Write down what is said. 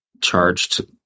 charged